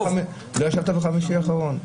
טוב --- לא ישבת בחמישי האחרון?